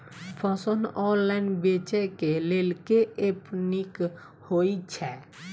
फसल ऑनलाइन बेचै केँ लेल केँ ऐप नीक होइ छै?